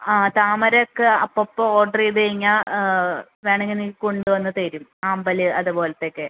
ആ താമരയൊക്കെ അപ്പപ്പോൾ ഓർഡറ് ചെയ്തുകഴിഞ്ഞാൽ വേണമെങ്കിൽ നിങ്ങൾക്ക് കൊണ്ടുവന്ന് തരും ആമ്പല് അതുപോലത്തെയൊക്കെ